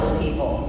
people